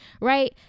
right